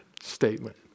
statement